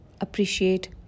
appreciate